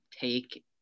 take